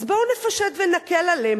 אז בואו נפשט ונקל עליהם,